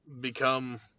become